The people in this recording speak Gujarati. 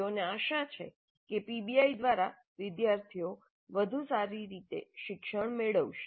તેઓને આશા છે કે પીબીઆઈ દ્વારા વિદ્યાર્થીઓ વધુ સારી રીતે શિક્ષણ મેળવશે